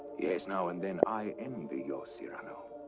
yes, now and then i envy your cyrano.